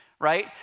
right